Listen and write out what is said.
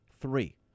three